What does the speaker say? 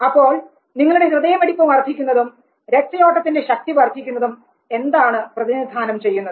അപ്പോൾ നമ്മുടെ ഹൃദയമിടിപ്പ് വർധിക്കുന്നതും രക്തയോട്ടത്തിന്റെ ശക്തി വർധിക്കുന്നതും എന്താണ് പ്രതിനിധാനം ചെയ്യുന്നത്